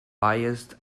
biased